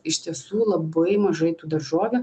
iš tiesų labai mažai tų daržovių